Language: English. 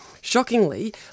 Shockingly